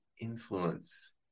influence